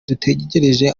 dutegereje